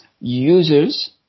users